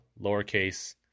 lowercase